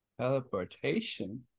Teleportation